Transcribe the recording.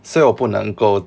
所以我不能够